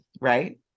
right